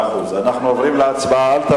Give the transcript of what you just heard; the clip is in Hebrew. בעד, 14,